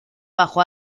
bajo